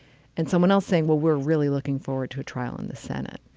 and someone else saying, well, we're really looking forward to a trial in the senate.